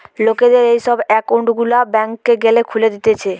লোকদের এই সব একউন্ট গুলা ব্যাংকে গ্যালে খুলে দিতেছে